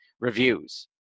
Reviews